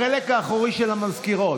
החלק האחורי של המזכירות,